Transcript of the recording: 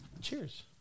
cheers